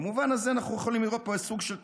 במובן הזה אנחנו יכולים לראות פה סוג של טרגדיה.